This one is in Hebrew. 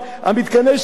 מי הפיל את זה?